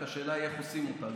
רק השאלה היא איך עושים אותה,